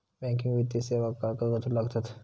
Banking वित्तीय सेवाक काय कागदपत्र लागतत?